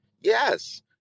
Yes